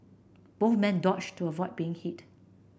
both men dodged to avoid being hit